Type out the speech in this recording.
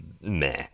meh